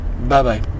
Bye-bye